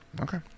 Okay